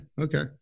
okay